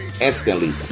Instantly